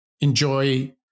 enjoy